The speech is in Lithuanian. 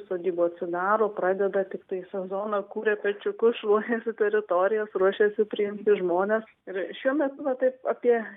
sodybų atsidaro pradeda tiktai sezoną kuria pečiukus šluojasi teritorijas ruošiasi priimt žmones ir šiemet va taip apie